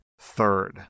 Third